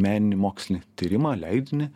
meninį mokslinį tyrimą leidinį